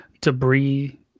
debris